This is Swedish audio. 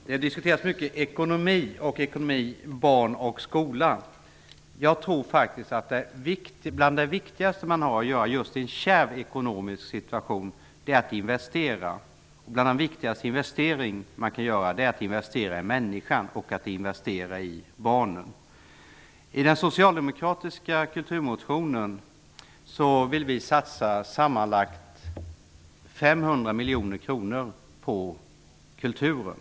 Herr talman! Det har i denna debatt om barn och skola diskuterats mycket ekonomi. Jag tror faktiskt att det bland det viktigaste man kan göra just i en kärv ekonomisk situation är att investera, och bland de viktigaste investeringar man kan göra är att investera i människor och framför allt i barnen. I den socialdemokratiska kulturmotionen föreslås en satsning på sammanlagt 500 miljoner kronor på kulturen.